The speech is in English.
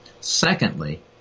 Secondly